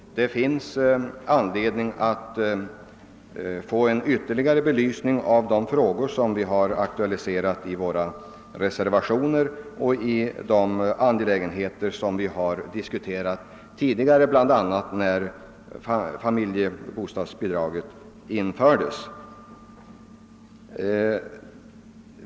Det finns anledning att få en yvtterligare belysning av de frågor som vi har aktualiserat i våra reservationer och i de angelägenheter som vi har diskuterat tidigare, bl.a. när familjebostadsbidraget infördes.